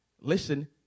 Listen